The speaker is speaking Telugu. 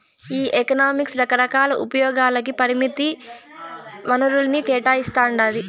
ఈ ఎకనామిక్స్ రకరకాల ఉపయోగాలకి పరిమిత వనరుల్ని కేటాయిస్తాండాది